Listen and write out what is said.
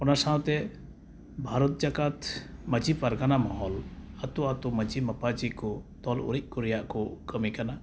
ᱚᱱᱟ ᱥᱟᱶᱛᱮ ᱵᱷᱟᱨᱚᱛ ᱡᱟᱠᱟᱛ ᱢᱟᱺᱡᱷᱤ ᱯᱟᱨᱜᱟᱱᱟ ᱢᱚᱦᱚᱞ ᱟᱛᱳ ᱟᱛᱳ ᱢᱟᱺᱡᱷᱤᱼᱢᱟᱯᱟᱡᱷᱤ ᱠᱚ ᱛᱚᱞ ᱩᱨᱤᱡᱠᱚ ᱨᱮᱭᱟᱜ ᱠᱚ ᱠᱟᱹᱢᱤ ᱠᱟᱱᱟ